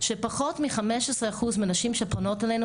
שפחות מ-15 אחוז מהנשים שפונות אלינו,